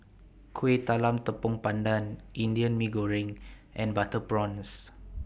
Kueh Talam Tepong Pandan Indian Mee Goreng and Butter Prawns